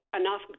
enough